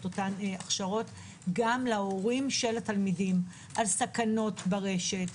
אותן ההכשרות גם להורים של התלמידים על סכנות ברשת,